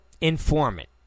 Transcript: informant